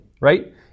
right